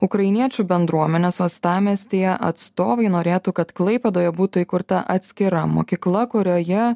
ukrainiečių bendruomenės uostamiestyje atstovai norėtų kad klaipėdoje būtų įkurta atskira mokykla kurioje